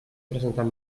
presentat